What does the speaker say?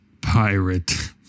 pirate